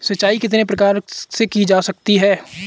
सिंचाई कितने प्रकार से की जा सकती है?